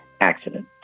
accident